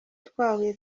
twahuye